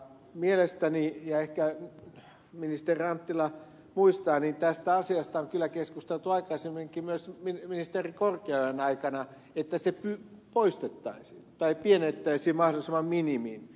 mielestäni ja ehkä ministeri anttila muistaa tästä asiasta on kyllä keskusteltu aikaisemminkin myös ministeri korkeaojan aikana että se poistettaisiin tai pienennettäisiin mahdollisimman minimiin